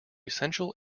essential